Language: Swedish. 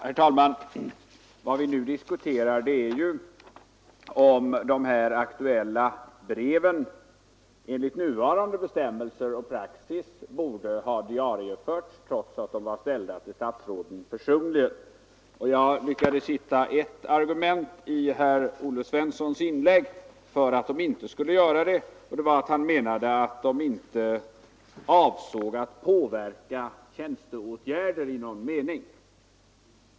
Herr talman! Vad vi nu diskuterar är huruvida de aktuella breven enligt nuvarande bestämmelser och praxis borde ha diarieförts trots att de var ställda till statsråden personligen. Jag lyckades i Olle Svenssons inlägg endast hitta ett argument för att de inte skulle diarieföras, och det var att herr Svensson menade att breven inte avsåg att påverka tjänsteåtgärder i någon riktning.